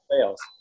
sales